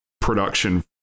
production